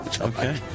Okay